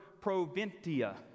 proventia